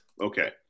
Okay